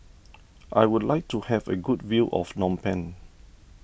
I would like to have a good view of Phnom Penh